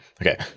Okay